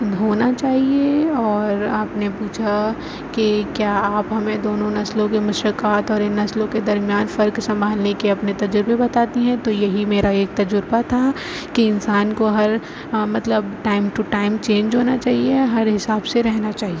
ہونا چاہیے اور آپ نے پوچھا کہ کیا آپ ہمیں دونوں نسلوں کے مشرکات اور ان نسلوں کے درمیان فرق سنبھالنے کے اپنے تجربے بتاتی ہیں تو یہی میرا ایک تجربہ تھا کہ انسان کو ہر مطلب ٹائم ٹو ٹائم چینج ہونا چاہیے ہر حساب سے رہنا چاہیے